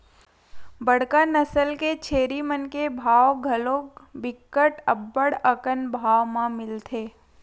बड़का नसल के छेरी मन के भाव घलोक बिकट अब्बड़ अकन भाव म मिलथे